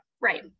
right